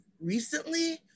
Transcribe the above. recently